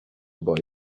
boy